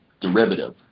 derivative